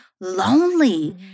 lonely